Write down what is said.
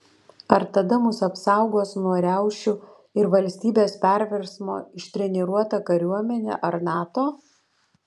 ar tada mus apsaugos nuo riaušių ir valstybės perversmo ištreniruota kariuomenė ar nato